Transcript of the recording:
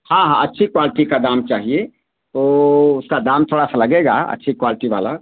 हाँ हाँ अच्छी क्वालटी का दाम चाहिए तो उसका दाम थोड़ा सा लगेगा अच्छी क्वालटी वाला